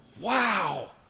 wow